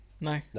No